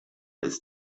ist